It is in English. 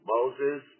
Moses